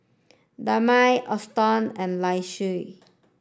Damari Alston and Laisha